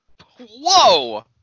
Whoa